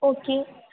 okay